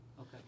Okay